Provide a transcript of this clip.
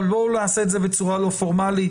אבל בואו נעשה את זה בצורה לא פורמלית.